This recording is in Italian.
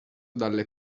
dalle